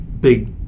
big